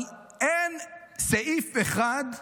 אבל אין סעיף אחד,